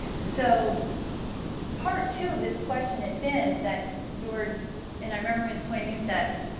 so part two of this question had been that your and i remember, ms. quinn, you said,